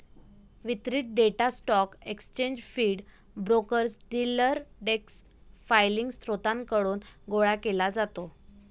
वितरित data stock exchange feed, brokers, dealer desk filing स्त्रोतांकडून गोळा केला जातो